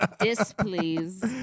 Displease